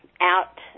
out